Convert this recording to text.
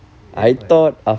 ya what